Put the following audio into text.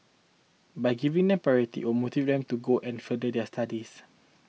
by giving them priority will motivate them to go and further their studies